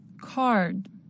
Card